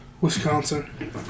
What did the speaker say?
Wisconsin